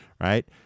Right